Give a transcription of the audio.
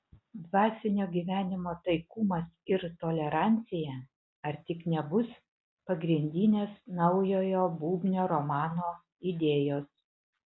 dvasinio gyvenimo taikumas ir tolerancija ar tik nebus pagrindinės naujojo bubnio romano idėjos